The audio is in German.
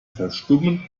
verstummen